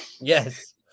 Yes